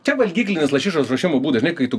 čia valgyklinis lašišos ruošimo būdas žinai kai tu